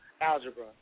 Algebra